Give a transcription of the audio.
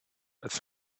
als